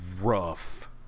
rough